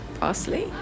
parsley